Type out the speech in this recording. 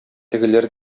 тегеләр